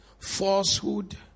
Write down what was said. falsehood